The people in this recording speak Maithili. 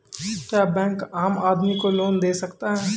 क्या बैंक आम आदमी को लोन दे सकता हैं?